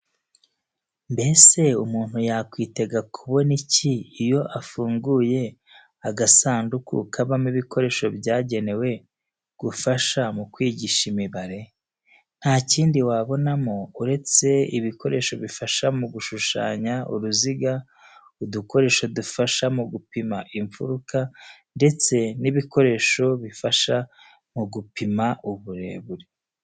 Mbese umuntu yakwitega kubona iki iyo afunguye agasanduku kabamo ibikoresho byagenewe gufasha mu kwigisha imibare? Nta kindi wabonamo uretse ibikoresho bifasha mu gushushanya uruziga, udukoresho dufasha mu gupima imfuruka ndetse n'ibikoresho bifasha mu gupima uburebure.